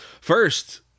First